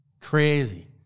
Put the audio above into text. Crazy